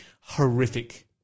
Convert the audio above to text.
horrific